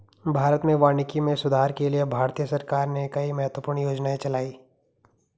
भारत में वानिकी में सुधार के लिए भारतीय सरकार ने कई महत्वपूर्ण योजनाएं चलाई